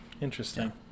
Interesting